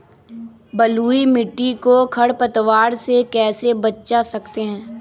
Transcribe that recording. बलुई मिट्टी को खर पतवार से कैसे बच्चा सकते हैँ?